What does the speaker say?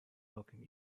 welcome